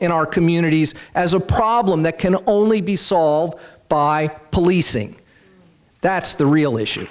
in our communities as a problem that can only be solved by policing that's the real issue